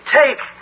take